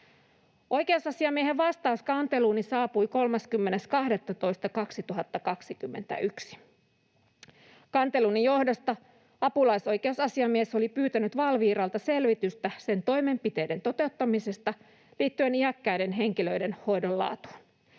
Oikeusasiamiehen vastaus kanteluuni saapui 30.12.2021. Kanteluni johdosta apulaisoikeusasiamies oli pyytänyt Valviralta selvitystä sen toimenpiteiden toteuttamisesta liittyen iäkkäiden henkilöiden hoidon laatuun,